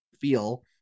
feel